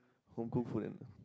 homecooked food and